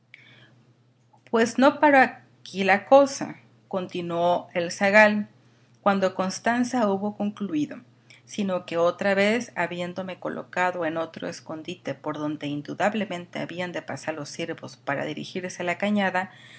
pues no paro aquí la cosa continuó el zagal cuando constanza hubo concluido sino que otra vez habiéndome colocado en otro escondite por donde indudablemente habían de pasar los ciervos para dirigirse a la cañada